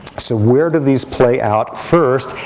so where do these play out? first,